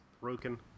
broken